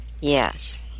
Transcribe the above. yes